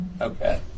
Okay